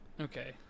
Okay